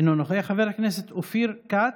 אינו נוכח, חבר הכנסת אופיר כץ,